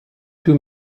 too